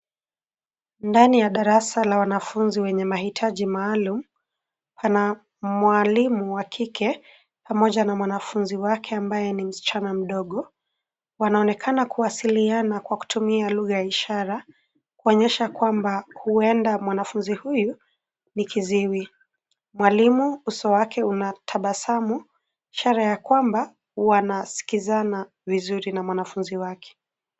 Ndani ya darasa la wanafunzi wenye mahitaji maalum; pana mwalimu wa kike pamoja na mwanafunzi wake ambaye ni msichana mdogo. Wanaonekana kuwasiliana kwa kutumia lugha ya ishara; kuonyesha kwamba huenda mwanafunzi huyu ni kiziwi. Mwalimu uso wake una tabasamu; ishara ya kwamba wanasikizana vizuri na mwanafunzi wake.